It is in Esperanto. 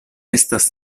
estas